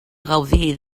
gaudir